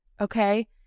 Okay